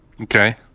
Okay